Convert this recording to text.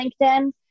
LinkedIn